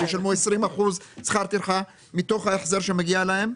ישלמו עשרים אחוזים שכר טרחה מתוך ההחזר שמגיע להם,